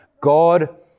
God